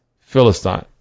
Philistine